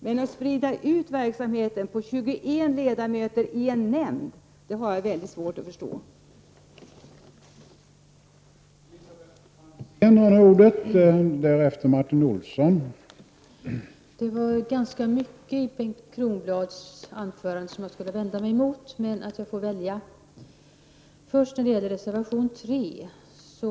Men att sprida ut verksamheten på 21 ledamöter i en nämnd är något som jag har väldigt svårt att förstå skall ge effekt.